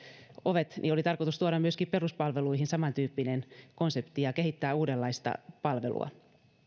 ovet niin oli tarkoitus tuoda myöskin peruspalveluihin samantyyppinen konsepti ja kehittää uudenlaista palvelua